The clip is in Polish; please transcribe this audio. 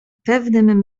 pewnym